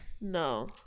No